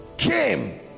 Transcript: came